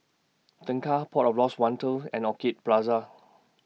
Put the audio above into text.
Tengah Port of Lost Wonder and Orchid Plaza